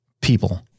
people